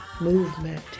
movement